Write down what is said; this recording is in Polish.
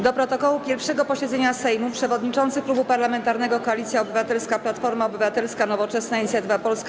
Do protokołu 1. posiedzenia Sejmu przewodniczący Klubu Parlamentarnego Koalicja Obywatelska - Platforma Obywatelska, Nowoczesna, Inicjatywa Polska,